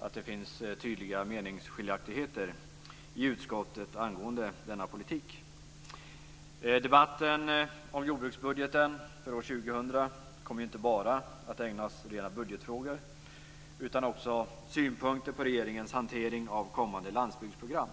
att det finns tydliga meningsskiljaktigheter i utskottet angående denna politik. Debatten om jordbruksbudgeten för år 2000 kommer inte bara att ägnas åt rena budgetfrågor utan också synpunkter på regeringens hantering av kommande landsbygdsprogram.